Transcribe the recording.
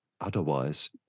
otherwise